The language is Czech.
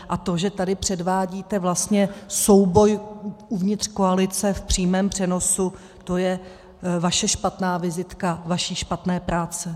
A to, že tady předvádíte vlastně souboj uvnitř koalice v přímém přenosu, to je vaše špatná vizitka vaší špatné práce.